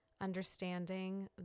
understanding